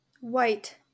White